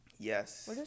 Yes